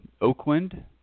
Oakland